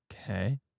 Okay